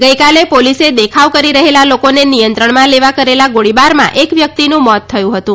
ગઇકાલે પોલીસે દેખાવ કરી રહેલા લોકોને નિયંત્રણમાં લેવા કરેલા ગોળીબારમાં એકવ્યક્તિનું મોત થયું હતું